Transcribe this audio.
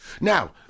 Now